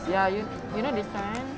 ya you you know this time